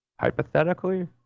hypothetically